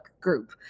group